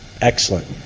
Excellent